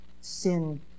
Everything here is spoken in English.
sin